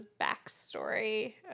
backstory